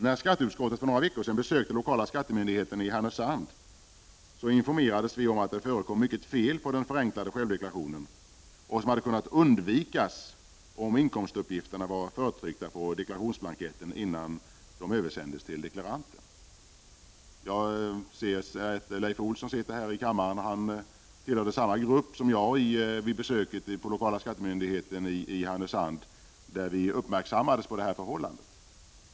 När skatteutskottet för några veckor sedan besökte lokala skattemyndigheten i Härnösand informerades vi om att det förekom mycket fel på den förenklade självdeklarationen, fel som hade kunnat undvikas om inkomstuppgifterna hade varit förtryckta på deklarationsblanketten innan den översändes till deklaranten. Jag ser att Leif Olsson sitter här i kammaren. Han var också med i den grupp som besökte den lokala skattemyndigheten i Härnösand. Vi blev då uppmärksamma på det här förhållandet.